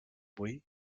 vull